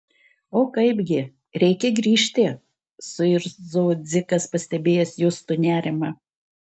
o kaipgi reikia grįžti suirzo dzigas pastebėjęs justo nerimą